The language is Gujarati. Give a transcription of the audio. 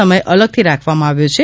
સમય અલગથી રાખવામાં આવ્યો છે